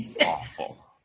awful